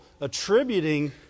attributing